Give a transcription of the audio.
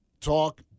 talk